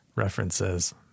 References